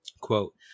quote